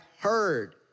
Heard